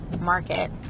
Market